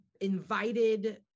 invited